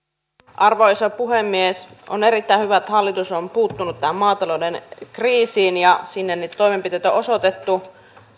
arvoisa puhemies on erittäin hyvä että hallitus on puuttunut tähän maatalouden kriisiin ja sinne niitä toimenpiteitä on osoitettu